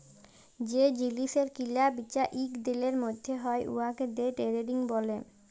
যে জিলিসের কিলা বিচা ইক দিলের ম্যধে হ্যয় উয়াকে দে টেরেডিং ব্যলে